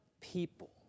people